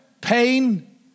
pain